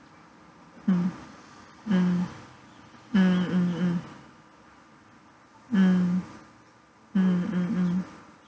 mm mm mm mm mm mm mm mm mm